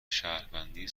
شهروندی